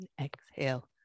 Exhale